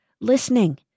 listening